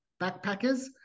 Backpackers